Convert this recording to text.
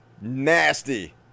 Nasty